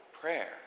prayer